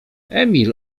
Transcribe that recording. emil